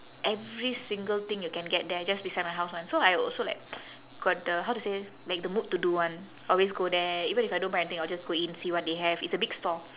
every single thing you can get there just beside my house [one] so I also like got the how to say like the mood to do [one] always go there even if I don't buy anything I will just go in see what they have it's a big store